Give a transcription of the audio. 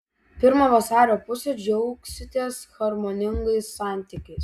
pirmą vasario pusę džiaugsitės harmoningais santykiais